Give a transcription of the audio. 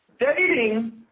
dating